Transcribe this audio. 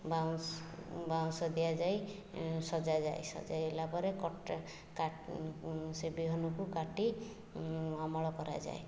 ବାଉଁଶ୍ ବାଉଁଶ ଦିଆଯାଇ ସଜାଯାଏ ସଜାଇଲା ପରେ ସେ ବିହନକୁ କାଟି ଅମଳ କରାଯାଏ